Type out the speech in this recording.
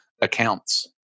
accounts